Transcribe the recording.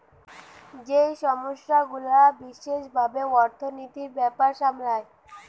যেই সংস্থা গুলা বিশেষ ভাবে অর্থনীতির ব্যাপার সামলায়